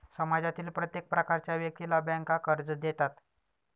समाजातील प्रत्येक प्रकारच्या व्यक्तीला बँका कर्ज देतात